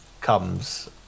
comes